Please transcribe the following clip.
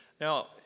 Now